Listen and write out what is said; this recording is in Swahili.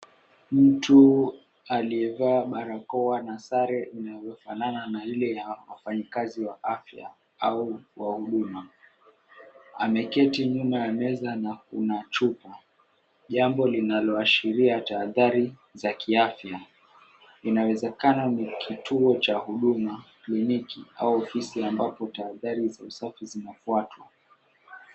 Mtu aliyevaa barakoa na sare zinazofanana na ile ya wafanyikazi wa afya au wa huduma, ameketi nyuma ya meza na kuna chupa. Jambo linaloashiria tahadhari za kiafya. Inawezekana ni kituo cha huduma, kliniki, au ofisi ambapo tahadhari za usafi zinafuatwa.